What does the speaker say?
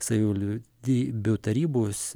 savivaldybių tarybos